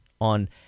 on